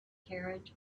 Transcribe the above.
carriage